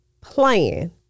playing